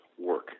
work